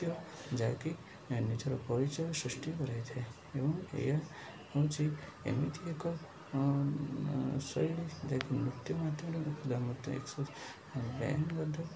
ନୃତ୍ୟ ଯାହାକି ନିଜର ପରିଚୟ ସୃଷ୍ଟି କରାଇଥାଏ ଏବଂ ଏହା ହେଉଛି ଏମିତି ଏକ ଶୈଳୀ ଯାକି ନୃତ୍ୟ ମାଧ୍ୟମରେ କରିଥାଏ